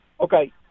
Okay